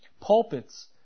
pulpits